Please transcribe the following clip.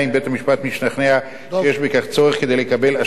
משתכנע שיש בכך צורך כדי לקבל אשראי חדש,